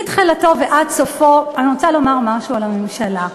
מתחילתו ועד סופו, אני רוצה לומר משהו על הממשלה: